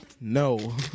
no